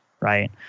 right